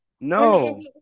No